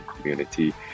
community